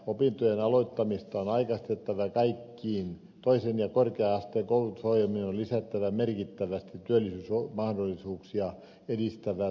opintojen aloittamista on aikaistettava ja kaikkiin toisen ja korkea asteen koulutusohjelmiin on lisättävä merkittävästi työllisyysmahdollisuuksia edistävää työssä oppimista